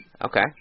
Okay